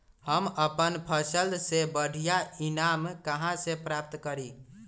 हम अपन फसल से बढ़िया ईनाम कहाँ से प्राप्त करी?